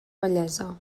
vellesa